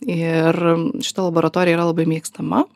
ir šita laboratorija yra labai mėgstama